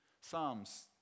Psalms